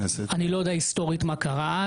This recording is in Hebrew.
יודע היסטורית מה קרה.